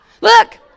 look